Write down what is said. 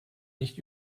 nicht